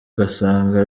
ugasanga